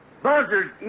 Buzzards